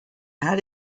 had